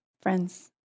Friends